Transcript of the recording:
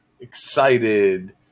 excited